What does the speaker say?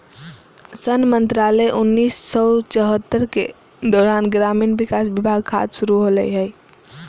सन मंत्रालय उन्नीस सौ चैह्त्तर के दौरान ग्रामीण विकास विभाग खाद्य शुरू होलैय हइ